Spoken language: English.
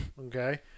Okay